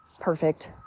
perfect